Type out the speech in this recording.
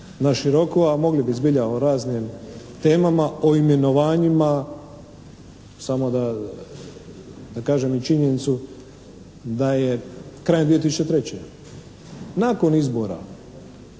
naširoko, a mogli bi zbilja o raznim temama, o imenovanjima samo da kažem i činjenicu da je krajem 2003. nakon izbora